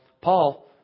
Paul